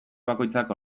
bakoitzak